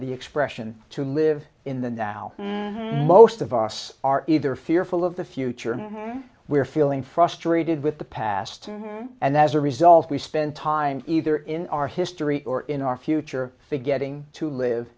the expression to live in the now most of us are either fearful of the future and we're feeling frustrated with the past and as a result we spend time either in our history or in our future to getting to live